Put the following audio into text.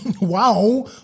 Wow